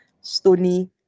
stony